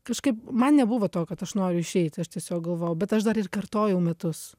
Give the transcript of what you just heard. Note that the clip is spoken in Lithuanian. kažkaip man nebuvo to kad aš noriu išeit aš tiesiog galvojau bet aš dar ir kartojau metus